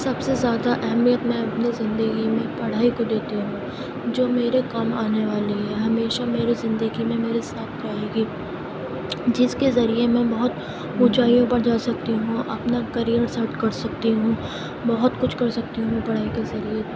سب سے زیادہ اہمت میں اپنی زندگی میں پڑھائی کو دیتی ہوں جو میرے کام آنے والی ہے ہمیشہ میری زندگی میں میرے ساتھ رہے گی جس کے ذریعے میں بہت اونچائیوں پر جا سکتی ہوں اپنا کیریئر سیٹ کر سکتی ہوں بہت کچھ کر سکتی ہوں پڑھائی کے ذریعے